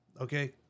okay